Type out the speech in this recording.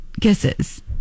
kisses